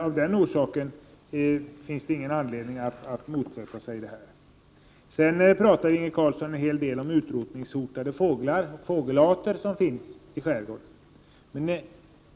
Av den orsaken finns det inte någon anledning att motsätta sig denna jakt. Inge Carlsson talade en hel del om de utrotningshotade fågelarter som finns i vår skärgård.